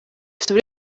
afite